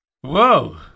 Whoa